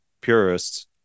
purists